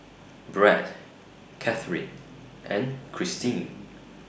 Brad Katharyn and Cristin